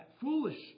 foolish